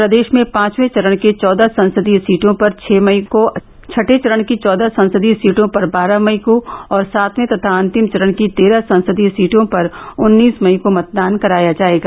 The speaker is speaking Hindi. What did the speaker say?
प्रदेष में पांचवें चरण के चौदह संसदीय सीटों पर छह मई को छठे चरण की चौदह संसदीय सीटों पर बारह मई को और सातवे तथा अंतिम चरण की तेरह संसदीय सीटों पर उन्नीस मई को मतदान कराया जायेगा